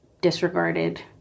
disregarded